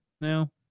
now